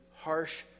Harsh